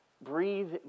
breathe